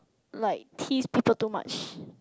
like tease people too much